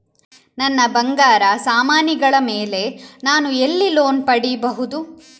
ನನ್ನ ಬಂಗಾರ ಸಾಮಾನಿಗಳ ಮೇಲೆ ನಾನು ಎಲ್ಲಿ ಲೋನ್ ಪಡಿಬಹುದು?